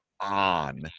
on